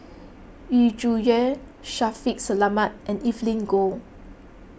Yu Zhuye Shaffiq Selamat and Evelyn Goh